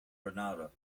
granada